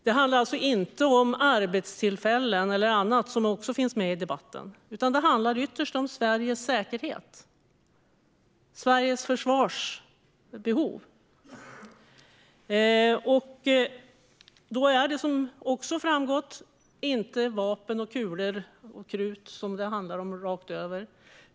Det handlar alltså inte om arbetstillfällen eller annat som också finns med i debatten, utan det handlar ytterst om Sveriges säkerhet och Sveriges försvarsbehov. Som också framgått är det då inte vapen, kulor och krut som det rakt över handlar om.